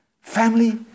Family